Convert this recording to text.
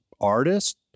artist